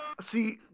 See